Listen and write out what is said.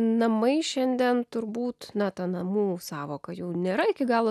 namai šiandien turbūt na ta namų sąvoka jau nėra iki galo